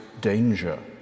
danger